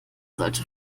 solche